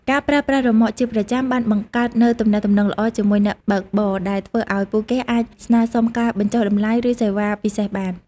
ការប្រើប្រាស់រ៉ឺម៉កជាប្រចាំបានបង្កើតនូវទំនាក់ទំនងល្អជាមួយអ្នកបើកបរ ដែលធ្វើឱ្យពួកគេអាចស្នើសុំការបញ្ចុះតម្លៃឬសេវាពិសេសបាន។